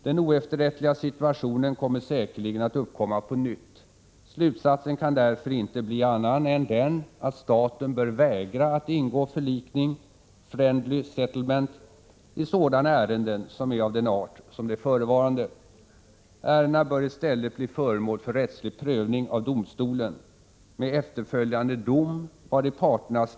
Den oefterrättliga situationen kommer säkerligen att uppkomma på nytt. Slutsatsen kan därför inte bli annan än den att staten bör vägra att ingå förlikning i sådana ärenden som är av den art som det förevarande. Ärendena bör i stället blir föremål för rättslig prövning av domstolen — med och värderas.